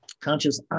conscious